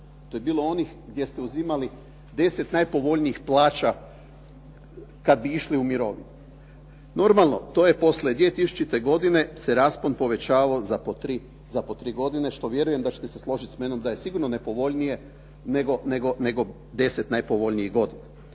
to je bilo onih gdje ste uzimali 10 najpovoljnijih plaća kada bi išli u mirovinu. Normalno to je poslije 2000. godine se raspon povećavao za po tri godine, što vjerujem da ćete se složiti samnom da je sigurno nepovoljnije nego 10 najpovoljnijih godina.